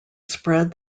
spread